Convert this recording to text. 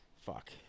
fuck